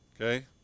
Okay